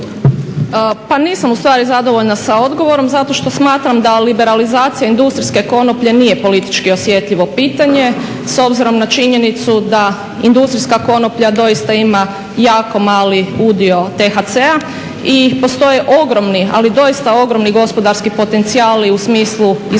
Pa nisam u stvari zadovoljna odgovorom zato što smatram da liberalizacija industrijske konoplje nije politički osjetljivo pitanje s obzirom na činjenicu da industrijska konoplja doista ima jako mali udio THC-a i postoje ogromni, ali doista ogromni gospodarski potencijali u smislu